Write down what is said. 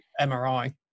MRI